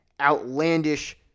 outlandish